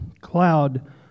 cloud